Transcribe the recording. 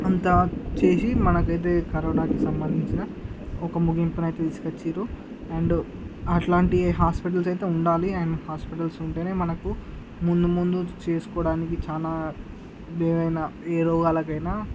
అంతా చేసి మనకైతే కరోనాకి సంబంధించిన ఒక ముగింపునైతే తీసుకొచ్చిండ్రు అండ్ అట్లాంటి హాస్పిటల్స్ అయితే ఉండాలి అండ్ హాస్పిటల్స్ ఉంటేనే మనకు ముందు ముందు చేసుకోవడానికి చానా ఏదైనా ఏ రోగాలకైనా